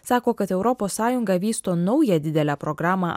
sako kad europos sąjunga vysto naują didelę programą